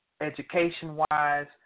education-wise